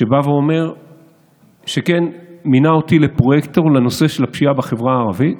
שמינה אותי לפרויקטור לנושא של הפשיעה בחברה הערבית,